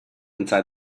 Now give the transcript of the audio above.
inside